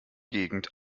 gegend